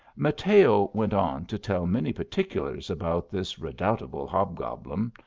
mateo went on to tell many particulars about this redoutable hobgoblin,